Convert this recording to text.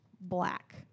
black